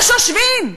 השושבין.